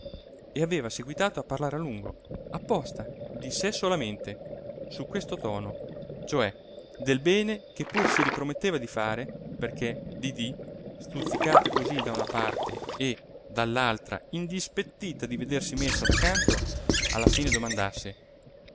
e aveva seguitato a parlare a lungo apposta di sé solamente su questo tono cioè del bene che pur si riprometteva di fare perché didì stuzzicata così da una parte e dall'altra indispettita di vedersi messa da canto alla fine domandasse